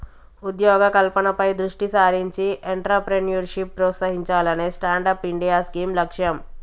ఉద్యోగ కల్పనపై దృష్టి సారించి ఎంట్రప్రెన్యూర్షిప్ ప్రోత్సహించాలనే స్టాండప్ ఇండియా స్కీమ్ లక్ష్యం